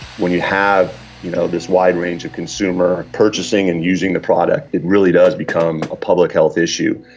when you have you know this wide range of consumer purchasing and using the product, it really does become a public health issue.